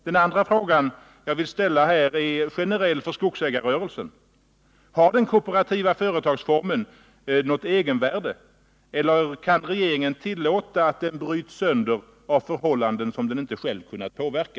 Den andra frågan jag vill ställa är generell för skogsägarrörelsen: Har den kooperativa företagsformen något egenvärde, eller kan regeringen tillåta att den bryts sönder av förhållanden som den inte själv kunnat påverka?